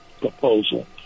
proposal